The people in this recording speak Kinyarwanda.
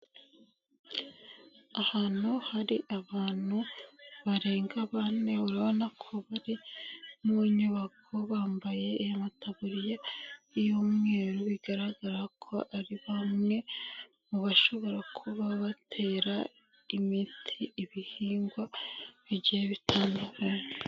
Ahantu hari abantu barenga bane, urabona ko bari mu nyubako bambaye amataburiya y'umweru, bigaragara ko ari bamwe mu bashobora kuba batera imiti ibihingwa bigiye bitandukanye.